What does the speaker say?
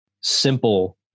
simple